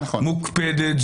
מוקפדת,